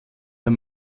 der